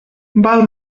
val